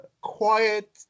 quiet